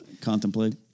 Contemplate